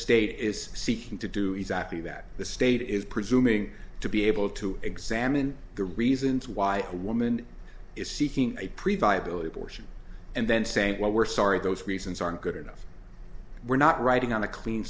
state is seeking to do exactly that the state is presuming to be able to examine the reasons why a woman is seeking a preview of deliberation and then saying well we're sorry those reasons aren't good enough we're not writing on a clean